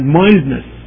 mildness